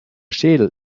schädel